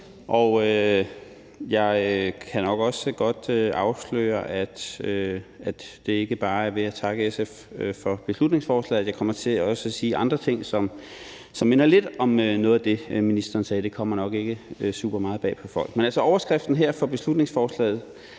og jeg kan nok også godt afsløre, at jeg ikke bare takker SF for beslutningsforslaget, for jeg kommer også til at sige andre ting, som minder lidt om det, som ministeren sagde, og det kommer nok ikke super meget bag på folk. Men overskriften her for beslutningsforslaget